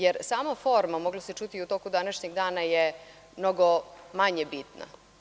Jer, sama forma mogla se čuti i u toku današnjeg dana, je mnogo manje bitna.